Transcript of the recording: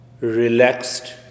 relaxed